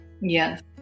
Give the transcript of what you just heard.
Yes